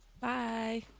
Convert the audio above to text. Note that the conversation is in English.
Bye